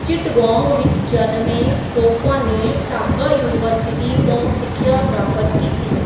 ਚਿੱਟਗੋਂਗ ਵਿੱਚ ਜਨਮੇ ਸੋਫਾ ਨੇ ਢਾਕਾ ਯੂਨੀਵਰਸਿਟੀ ਤੋਂ ਸਿੱਖਿਆ ਪ੍ਰਾਪਤ ਕੀਤੀ